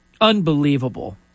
Unbelievable